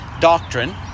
doctrine